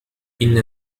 إننا